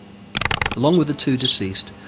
along with the two deceased,